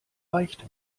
beichte